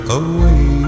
away